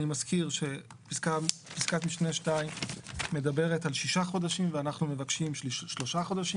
אני מזכיר שפסקת משנה 2 מדברת על 6 חודשים ואנחנו מבקשים 3 חודשים.